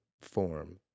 form